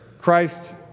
Christ